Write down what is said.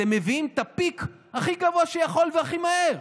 אתם מביאים את הפיק הכי גבוה שיכול להיות והכי מהר.